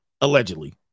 Allegedly